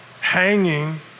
hanging